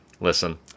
listen